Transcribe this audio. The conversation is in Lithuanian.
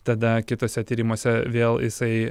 tada kituose tyrimuose vėl jisai